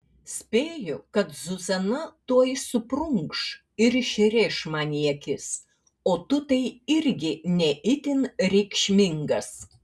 spėju kad zuzana tuoj suprunkš ir išrėš man į akis o tu tai irgi ne itin reikšmingas